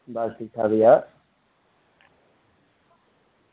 बस ठीक ठाक भइया